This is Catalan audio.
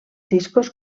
discos